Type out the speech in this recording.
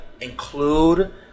include